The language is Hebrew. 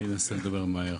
אני אנסה לדבר מהר.